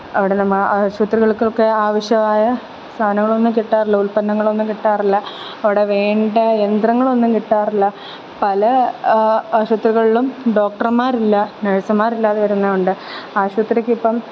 അവിടെ നമ്മൾ ആശുപത്രികള്ക്കൊക്കെ ആവിശ്യമായ സാധനങ്ങളൊന്നും കിട്ടാറില്ല ഉത്പന്നങ്ങളൊന്നും കിട്ടാറില്ല അവിടെ വേണ്ട യന്ത്രങ്ങളൊന്നും കിട്ടാറില്ല പല ആശുപത്രികളിലും ഡോക്ടര്മാരില്ല നേഴ്സ്മാരില്ലാതെ വരുന്നതുണ്ട് ആശുപത്രിക്കിപ്പം